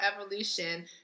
evolution